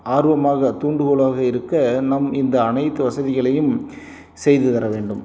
ஆர்வமாக தூண்டுகோலாக இருக்க நம் இந்த அனைத்து வசதிகளையும் செய்து தர வேண்டும்